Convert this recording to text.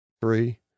three